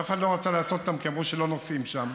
שאף אחד לא רצה לעשות אותם כי אמרו שלא נוסעים שם,